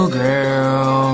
girl